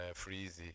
Freezy